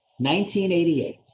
1988